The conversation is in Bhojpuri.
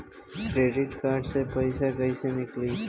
क्रेडिट कार्ड से पईसा केइसे निकली?